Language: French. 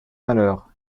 malheur